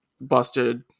busted